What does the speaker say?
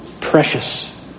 precious